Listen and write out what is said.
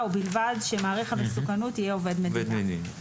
"ובלבד שמעריך המסוכנות יהיה עובד מדינה".